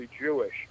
Jewish